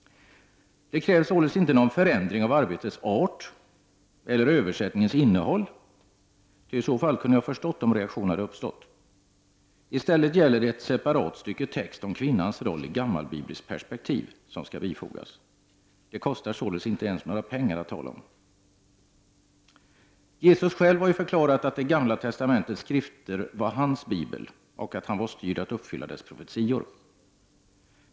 Det krävs således inte någon förändring av arbetets art eller av översättningens innehåll. I så fall kunde jag ha förstått om en reaktion hade uppstått. I stället gäller det ett separat stycke text om kvinnans roll i gammalbibliskt perspektiv som skall bifogas. Det kostar således inte ens några pengar att tala om. Jesus själv har ju förklarat att Gamla testamentets skrifter var ”hans bibel” och att han var styrd att uppfylla dess profetior.